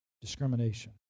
Discrimination